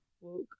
woke